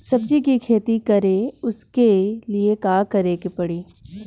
सब्जी की खेती करें उसके लिए का करिके पड़ी?